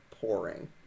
pouring